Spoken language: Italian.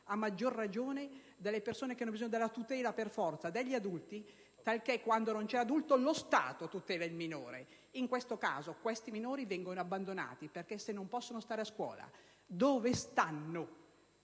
a maggior ragione di quelle che hanno per forza bisogno della tutela degli adulti, talché quando non c'è l'adulto è lo Stato a tutelare il minore. In questo caso, i minori vengono abbandonati, perché se non possono stare a scuola dove stanno?